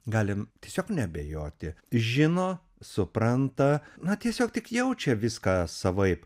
galim tiesiog neabejoti žino supranta na tiesiog tik jaučia viską savaip